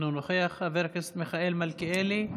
אינו נוכח, חבר הכנסת מיכאל מלכיאלי,